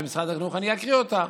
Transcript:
של משרד החינוך, אני אקרא אותה: